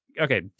okay